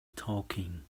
talking